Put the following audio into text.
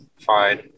fine